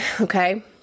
okay